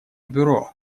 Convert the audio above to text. бюро